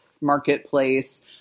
Marketplace